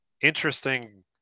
interesting